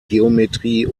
geometrie